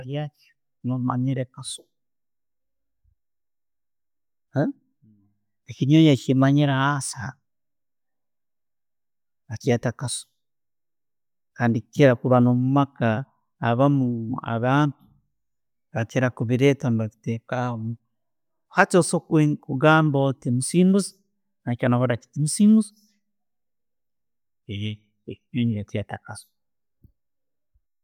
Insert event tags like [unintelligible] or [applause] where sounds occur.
[unintelligible] Ekinyonyi kyemanyiire hansi hanu bakeitta kasu kandi biikira kubbera omumaka, abantu abakkira babireeta bateekaho. Hati osoko okugamba nti Musinguzi, hati nuhura Musinguzi. [unintelligible]